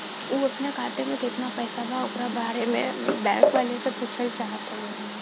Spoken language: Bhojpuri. उ अपने खाते में कितना पैसा बा ओकरा बारे में बैंक वालें से पुछल चाहत हवे?